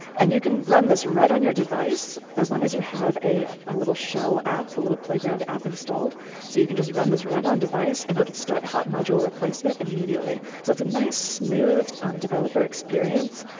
and you can run this right on your device as long as you have a a little shell app, a little playground app installed. so you can just run this right on device, and it'll start hot module replacement immediately. so it's a nice, smooth developer experience.